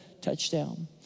touchdown